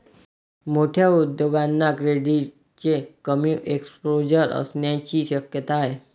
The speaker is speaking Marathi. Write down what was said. मोठ्या उद्योगांना क्रेडिटचे कमी एक्सपोजर असण्याची शक्यता आहे